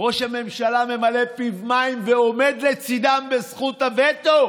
ראש הממשלה ממלא פיו מים ועומד לצידם בזכות הווטו.